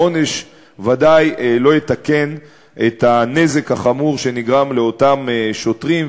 העונש ודאי לא יתקן את הנזק החמור שנגרם לאותם שוטרים,